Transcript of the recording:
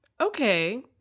Okay